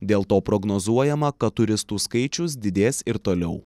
dėl to prognozuojama kad turistų skaičius didės ir toliau